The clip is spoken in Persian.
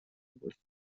باشیم